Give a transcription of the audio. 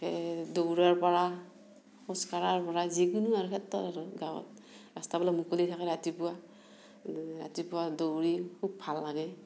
একে দৌৰাৰ পৰা খোজ কাঢ়াৰ পৰা যিকোনো আৰু ক্ষেত্ৰত আৰু গাঁৱত ৰাস্তাবিলাক মুকলি থাকে ৰাতিপুৱা ৰাতিপুৱা দৌৰি খুব ভাল লাগে